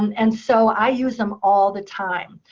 and so i use them all the time.